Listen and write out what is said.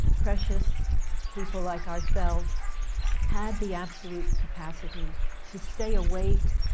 precious people like ourselves had the absolute capacity to stay awake,